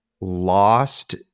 lost